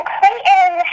Clayton